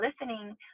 listening